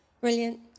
Brilliant